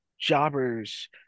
jobbers